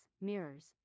mirrors